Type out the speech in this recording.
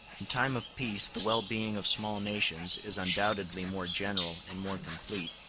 in time of peace the well-being of small nations is undoubtedly more general and more complete,